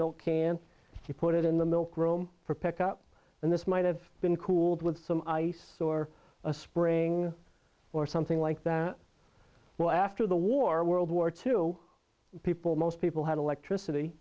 milk can you put it in the milk room for pickup and this might have been cooled with some ice or a spring or something like that well after the war world war two people most people had electricity